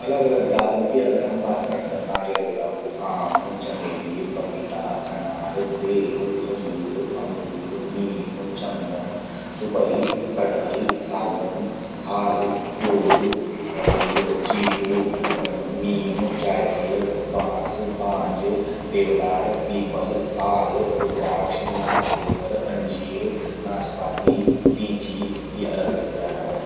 अलग अलग डालूं की अगर हम बात करला त, नारियलो डालू, आम, चमेली, पपीता, अनार, सेब, खजूर, अमरूद, नीम, चंदन, सुपरि, कटहल, सागौन, साल, क्योलू अर यो चीकू, नीम, जायफल, बांस, बांज, देवदार, पीपल, साल, रुद्राक्ष, नागकेसर, अंजीर, नाशपाती, लीची। यी अलग अलग तिरा डाला छिन।